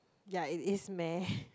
yea it is meh